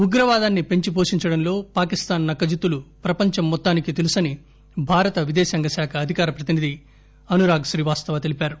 ఉగ్రవాదాన్ని పెంచిపోషించడంలో పాకిస్థాన్ నక్కజిత్తులు ప్రపంచం మొత్తానికి తెలుసని భారత విదేశాంగశాఖ అధికారప్రతినిధి అనురాగ్ శ్రీవాస్తవా తెలిపారు